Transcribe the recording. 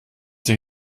sie